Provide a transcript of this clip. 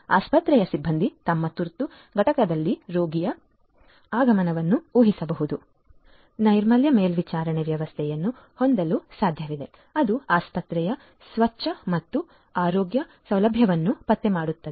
ಆಸ್ಪತ್ರೆಯ ಸಿಬ್ಬಂದಿ ತಮ್ಮ ತುರ್ತು ಘಟಕಗಳಲ್ಲಿ ರೋಗಿಯ ಆಗಮನವನ್ನು ಉಹಿಸಬಹುದು ನೈರ್ಮಲ್ಯ ಮೇಲ್ವಿಚಾರಣಾ ವ್ಯವಸ್ಥೆಯನ್ನು ಹೊಂದಲು ಸಾಧ್ಯವಿದೆ ಅದು ಆಸ್ಪತ್ರೆಯ ಸ್ವಚ್ತೆ ಮತ್ತು ಆರೋಗ್ಯ ಸೌಲಭ್ಯವನ್ನು ಪತ್ತೆ ಮಾಡುತ್ತದೆ